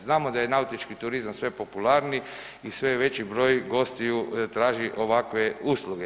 Znamo da je nautički turizam sve popularniji i sve veći broj gostiju traži ovakve usluge.